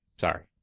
Sorry